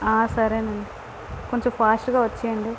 ఆ సరే అండి కొంచెం ఫాస్ట్గా వచ్చేయండి